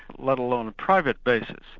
let alone a private basis.